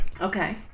Okay